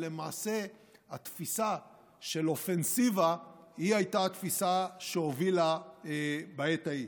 למעשה התפיסה של אופנסיבה היא הייתה התפיסה שהובילה בעת ההיא.